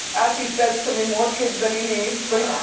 as he says to me, more kids than he needs, but